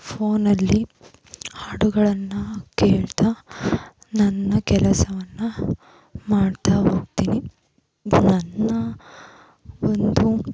ಫೋನಲ್ಲಿ ಹಾಡುಗಳನ್ನು ಕೇಳ್ತಾ ನನ್ನ ಕೆಲಸವನ್ನು ಮಾಡ್ತಾ ಹೋಗ್ತೀನಿ ನನ್ನ ಒಂದು